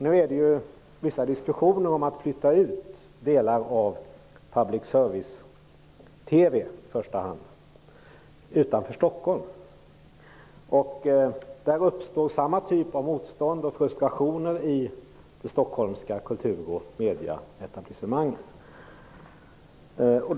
Nu pågår vissa diskussioner om att flytta ut delar av public service-TV:n utanför Stockholm. I det sammanhanget uppstår samma typ av motstånd och frustrationer i de stockholmska kultur och medieetablissemangen.